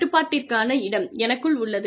கட்டுப்பாட்டிற்கான இடம் எனக்குள் உள்ளது